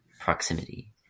proximity